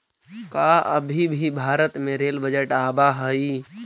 का अभी भी भारत में रेल बजट आवा हई